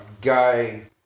guy